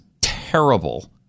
terrible